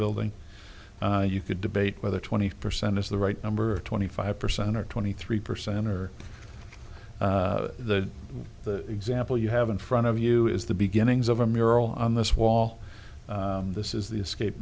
building you could debate whether twenty percent is the right number twenty five percent or twenty three percent or the the example you have in front of you is the beginnings of a mural on this wall this is the